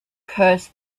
curse